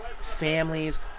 families